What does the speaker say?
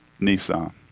Nissan